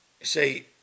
Say